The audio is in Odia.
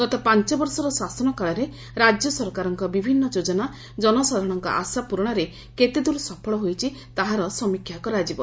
ଗତ ପାଞ୍ ବର୍ଷର ଶାସନ କାଳରେ ରାଜ୍ୟ ସରକାରଙ୍କ ବିଭିନ୍ନ ଯୋଜନା ଜନସାଧାରଶଙ୍କ ଆଶା ପ୍ରରଣରେ କେତେଦ୍ର ସଫଳ ହୋଇଛି ତାହାର ସମୀକ୍ଷା କରାଯିବ